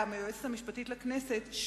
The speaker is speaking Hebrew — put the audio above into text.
המשפטית לכנסת,